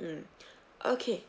mm okay